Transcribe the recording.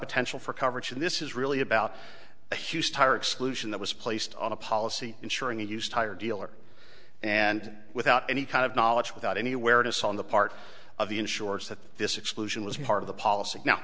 potential for coverage and this is really about hughes tire exclusion that was placed on a policy ensuring a used tire dealer and without any kind of knowledge without any awareness on the part of the insurance that this exclusion was part of the policy now